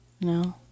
No